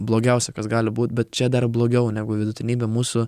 blogiausia kas gali būt bet čia dar blogiau negu vidutinybė mūsų